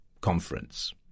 conference